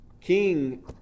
king